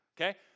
Okay